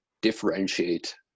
differentiate